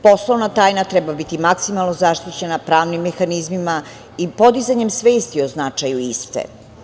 Poslovna tajna treba biti maksimalno zaštićena pravnim mehanizmima i podizanjem svesti o značaju iste.